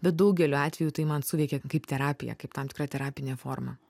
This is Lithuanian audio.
bet daugeliu atvejų tai man suveikė kaip terapija kaip tam tikra terapinė forma